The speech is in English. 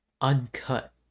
Uncut